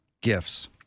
gifts